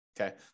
Okay